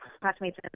classmates